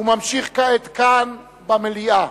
ונמשך כעת כאן במליאה.